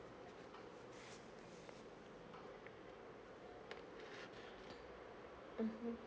mmhmm